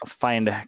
Find